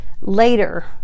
later